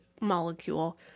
molecule